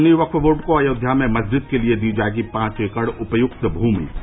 सुन्नी वक्फ बोर्ड को अयोध्या में मस्जिद के लिए दी जायेगी पांच एकड़ उपयुक्त भूमि